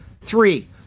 Three